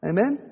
Amen